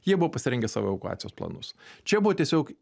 jie buvo pasirengę savo evakuacijos planus čia buvo tiesiog